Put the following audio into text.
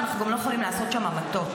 ואנחנו גם לא יכולים לעשות שם המתות.